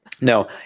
No